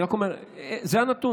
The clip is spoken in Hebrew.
אני רק אומר שזה הנתון.